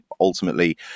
ultimately